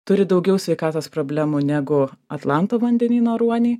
turi daugiau sveikatos problemų negu atlanto vandenyno ruoniai